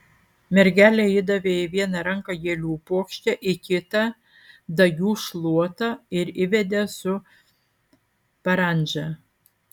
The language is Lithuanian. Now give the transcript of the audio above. mergelei įdavė į vieną ranką gėlių puokštę į kitą dagių šluotą ir įvedė su parandža